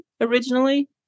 originally